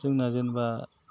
जोंना जोनेबा